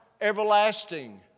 everlasting